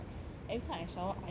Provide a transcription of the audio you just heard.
every time I shower I need to like